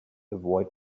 avoid